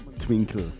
Twinkle